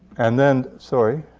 and then sorry.